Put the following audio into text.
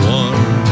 one